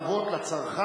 התרבות והספורט,